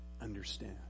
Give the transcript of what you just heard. understand